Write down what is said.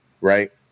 right